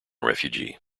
refugee